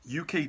UK